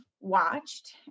watched